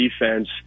defense